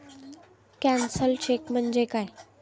Cancelled cheque म्हणजे काय?